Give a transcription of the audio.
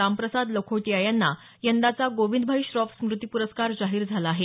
रामप्रसाद लखोटिया यांना यंदाचा गोविंदभाई श्रॉफ स्मूती प्रस्कार जाहीर झाला आहे